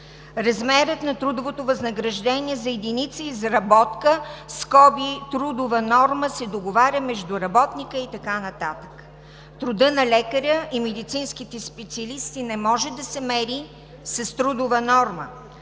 „Размерът на трудовото възнаграждение за единица изработка (трудова норма) се договаря между работника…“ и така нататък. Трудът на лекаря и медицинските специалисти не може да се мери с трудова норма,